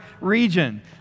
region